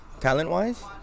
Talent-wise